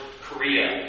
Korea